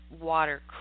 Water